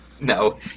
No